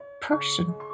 person